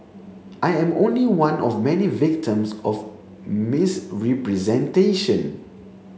I am only one of many victims of misrepresentation